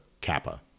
kappa